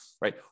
Right